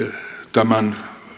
tämän